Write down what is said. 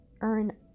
earn